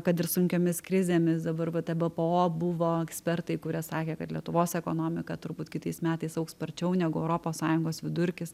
kad ir sunkiomis krizėmis dabar va dabar ebpo buvo ekspertai kurie sakė kad lietuvos ekonomika turbūt kitais metais augs sparčiau negu europos sąjungos vidurkis